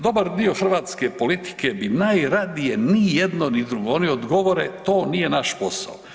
Dobar dio hrvatske politike bi najradije ni jedno ni drugo, oni odgovore to nije naš posao.